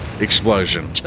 explosion